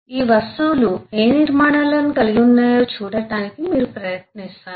ఈ వస్తువులు ఏ నిర్మాణాలను కలిగి ఉన్నాయో చూడటానికి మీరు ప్రయత్నిస్తారు